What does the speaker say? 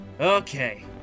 Okay